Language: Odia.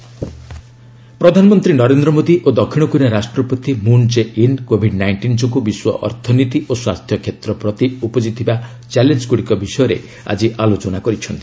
ପିଏମ୍ କୋରିଆ ପ୍ରେଜ୍ ପ୍ରଧାନମନ୍ତ୍ରୀ ନରେନ୍ଦ୍ର ମୋଦୀ ଓ ଦକ୍ଷିଣ କୋରିଆ ରାଷ୍ଟ୍ରପତି Moon Jae In Covid nineteen ଯୋଗୁଁ ବିଶ୍ୱ ଅର୍ଥନୀତି ଓ ସ୍ୱାସ୍ଥ୍ୟ କ୍ଷେତ୍ର ପ୍ରତି ଉପୁଜିଥିବା ଚ୍ୟାଲେଞ୍ଜଗୁଡ଼ିକ ବିଷୟରେ ଆଜି ଆଲୋଚନା କରିଛନ୍ତି